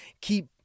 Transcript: Keep